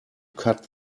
cut